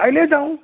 কাইলে যাওঁ